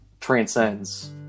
transcends